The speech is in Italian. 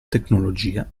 tecnologia